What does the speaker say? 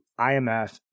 IMF